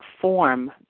form